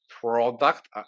product